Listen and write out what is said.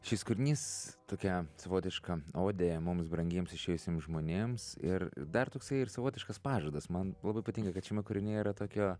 šis kūrinys tokia savotiška odė mums brangiems išėjusiems žmonėms ir dar toksai ir savotiškas pažadas man labai patinka kad šiame kūrinyje yra tokio